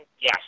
yes